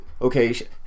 Okay